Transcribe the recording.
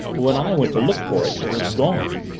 but when i went to look for it, it was gone.